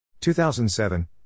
2007